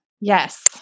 Yes